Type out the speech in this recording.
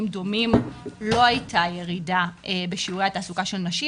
דומים לא הייתה ירידה בשיעורי התעסוקה של נשים,